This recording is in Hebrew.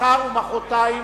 מחר ומחרתיים,